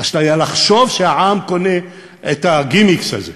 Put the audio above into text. אשליה לחשוב שהעם קונה את הגימיק הזה.